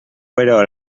però